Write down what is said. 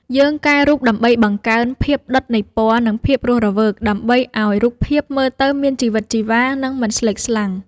យើងកែរូបដើម្បីបង្កើន ភាពដិតនៃពណ៌ និង ភាពរស់រវើក ដើម្បីឱ្យរូបភាពមើលទៅមានជីវិតជីវ៉ា និងមិនស្លេកស្លាំង។